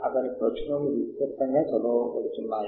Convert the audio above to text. ఆపై మనము ఈ చెక్ బాక్స్లను ఉపయోగిస్తాము సరే మనము తీయాలనుకుంటున్నాము